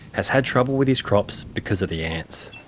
has had trouble with his crops because of the ants.